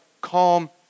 calm